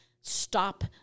stop